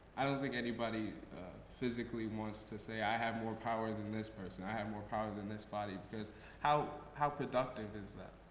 i don't think anybody physically wants to say, i have more power than this person. i have more power than this body, because how how productive is that?